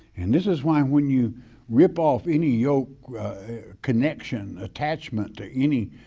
and this is why when you rip off any yoke connection, attachment to any